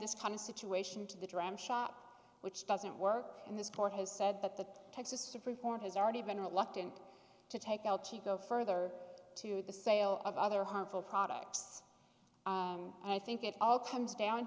this kind of situation to the dram shop which doesn't work in this court has said that the texas supreme court has already been reluctant to take go further to the sale of other harmful products and i think it all comes down